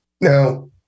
now